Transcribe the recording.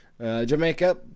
Jamaica